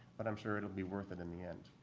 but i'm sure it'll be worth it in the. and